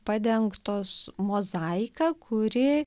padengtos mozaika kuri